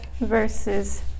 verses